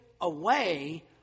away